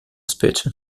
specie